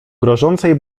grożącej